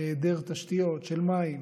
היעדר תשתיות של מים,